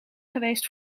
geweest